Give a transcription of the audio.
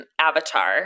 avatar